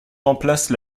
remplace